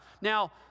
Now